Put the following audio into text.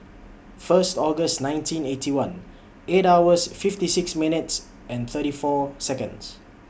First August nineteen Eighty One eight hours fifty six minutes and thirty four Seconds